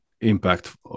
impact